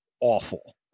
awful